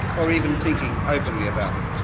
or even thinking openly about it.